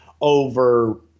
Over